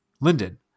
Linden